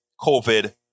COVID